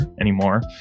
anymore